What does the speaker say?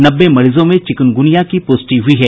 नब्बे मरीजों में चिकुनगुनिया की पुष्टि हुई है